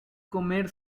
comer